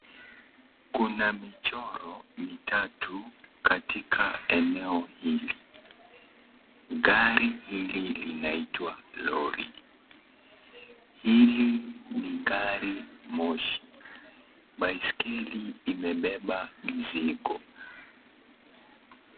Kuna michoro mitatu katika eneo hili. Gari hili linaitwa lori. Hili ni gari la moshi. Baiskeli imebeba mizigo.